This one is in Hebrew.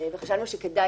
וחשבנו שכדאי,